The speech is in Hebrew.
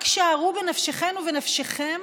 רק שערו בנפשכן ובנפשכם